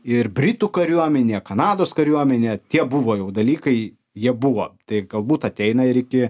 ir britų kariuomenė kanados kariuomenė tie buvo jau dalykai jie buvo tai galbūt ateina ir iki